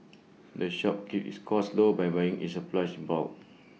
the shop keeps its costs low by buying its supplies in bulk